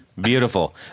Beautiful